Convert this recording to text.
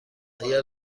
اگر